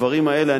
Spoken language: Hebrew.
הדברים האלה,